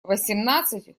восемнадцать